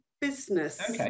Business